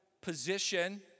position